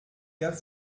gars